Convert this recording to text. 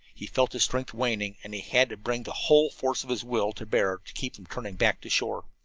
he felt his strength waning, and he had to bring the whole force of his will to bear to keep from turning back to shore.